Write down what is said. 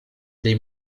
dei